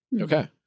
Okay